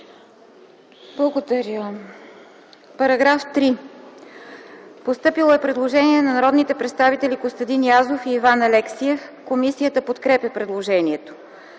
МИХАЙЛОВА: По § 3 е постъпило предложение на народните представители Костадин Язов и Иван Алексиев. Комисията подкрепя предложението.